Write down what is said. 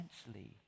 essentially